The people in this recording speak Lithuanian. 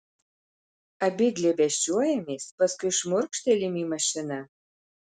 abi glėbesčiuojamės paskui šmurkštelim į mašiną